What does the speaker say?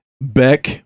Beck